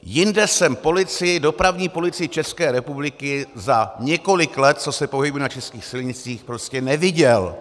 Jinde jsem dopravní policie České republiky za několik let, co se pohybuji na českých silnicích, prostě neviděl.